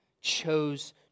chose